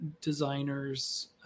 designers